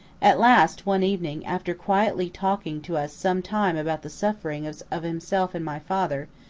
at last, one evening, after quietly talking to us sometime about the sufferings of himself and my father,